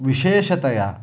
विशेषतया